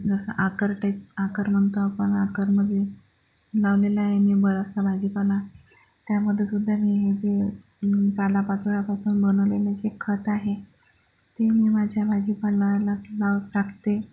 जसं आकर टाईप आकर म्हणतो आपण आकरमध्ये लावलेलं आहे निव्वळ असा भाजीपाला त्यामध्ये सुद्धा मी हे जे पालापाचोळ्यापासून बनवलेलं जे खत आहे ते मी माझ्या भाजीपाल्याला लाव टाकते